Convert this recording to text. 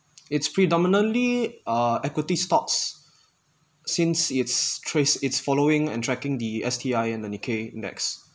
it's predominantly uh equity stocks since it's trace it's following and tracking the S_T_I and the nikkei index